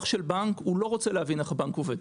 של בנק לא רוצה להבין איך הבנק עובד.